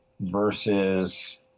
versus